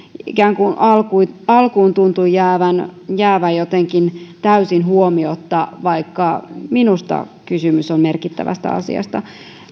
alkuun alkuun tuntui ikään kuin jäävän jotenkin täysin huomiotta vaikka minusta kysymys on merkittävästä asiasta